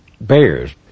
bears